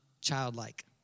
childlike